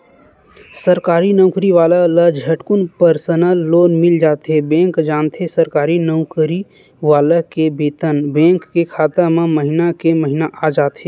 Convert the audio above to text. सरकारी नउकरी वाला ल झटकुन परसनल लोन मिल जाथे बेंक जानथे सरकारी नउकरी वाला के बेतन बेंक के खाता म महिना के महिना आ जाथे